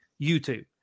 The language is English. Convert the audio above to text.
YouTube